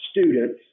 students